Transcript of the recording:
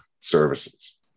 services